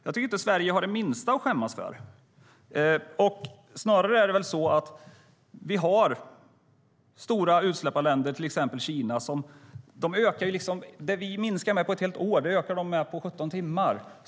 Jag tycker inte att Sverige har det minsta att skämmas för. Vad Sverige minskar i utsläpp på ett år motsvarar vad utsläppen ökar i stora utsläpparländer - till exempel Kina - på 17 timmar.